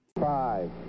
Five